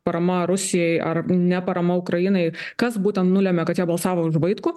parama rusijai ar neparama ukrainai kas būtent nulemia kad jie balsavo už vaitkų